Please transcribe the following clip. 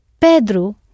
Pedro